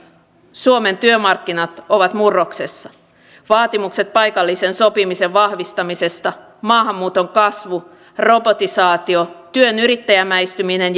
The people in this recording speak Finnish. suomen työmarkkinat ovat murroksessa vaatimukset paikallisen sopimisen vahvistamisesta maahanmuuton kasvu robotisaatio työn yrittäjämäistyminen